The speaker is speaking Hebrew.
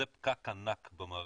זה פקק ענק במערכת,